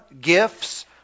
gifts